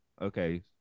okay